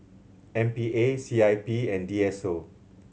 M P A C I P and D S O